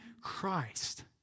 Christ